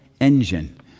engine